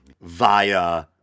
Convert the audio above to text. via